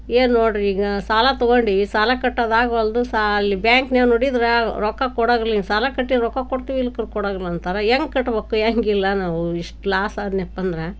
ಈಗ ನೋಡಿರಿ ಈಗ ಸಾಲ ತೊಗೊಂಡೀವಿ ಸಾಲ ಕಟ್ಟೋದಾಗವಲ್ದು ಸಾಲ ಅಲ್ಲಿ ಬ್ಯಾಂಕಿನ್ಯಾಗ ನೋಡಿದ್ರೆ ರೊಕ್ಕ ಕೊಡೋದಿರಲಿ ಸಾಲ ಕಟ್ಟಿ ರೊಕ್ಕ ಕೊಡ್ತೀವಿ ಇಲ್ಲ ಕೊಡೋಂಗಿಲ್ಲ ಅಂತಾರೆ ಹೇಗ್ ಕಟ್ಬೇಕು ಹೆಂಗಿಲ್ಲ ನಾವು ಇಷ್ಟು ಲಾಸ್ ಆದ್ನೇಪ್ಪಂದ್ರೆ